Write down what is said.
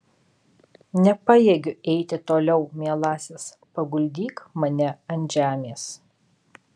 nepajėgiu eiti toliau mielasis paguldyk mane ant žemės